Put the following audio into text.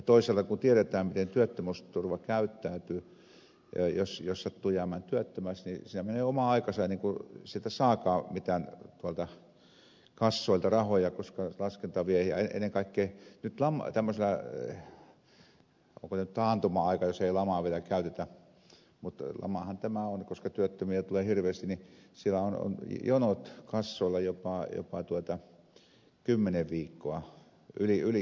toisaalta kun tiedetään miten työttömyysturva käyttäytyy jos sattuu jäämään työttömäksi niin siinä menee oma aikansa ennen kuin sieltä kassoilta saakaan mitään rahoja koska laskenta vie aikaa ja ennen kaikkea nyt tämmöisenä aikana onko tämä nyt taantuma aika jos ei sanaa lama vielä käytetä vaikka lamahan tämä on koska työttömiä tulee hirveästi siellä on jonot kassoilla jopa kymmenen viikkoa yli kymmenen viikkoa joillakin